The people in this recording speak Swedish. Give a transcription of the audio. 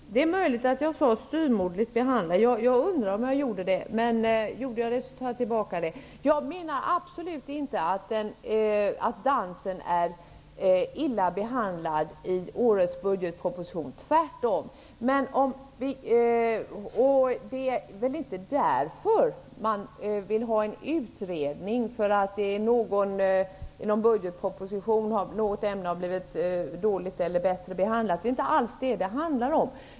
Fru talman! Det är möjligt att jag sade att dansen är styvmoderligt behandlad. Jag undrar det, men om jag gjorde det så tar jag tillbaka det. Jag menar absolut inte att dansen är illa behandlad i årets budgetproposition -- tvärtom. Men anledningen till att man vill ha utredningar är ju inte att en företeelse har blivit illa behandlad i någon budgetproposition. Det är inte alls detta det handlar om.